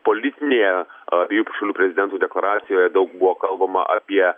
politinėje abiejų šalių prezidentų deklaracijoje daug buvo kalbama apie